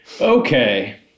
Okay